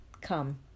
Come